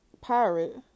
pirate